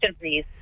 please